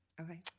okay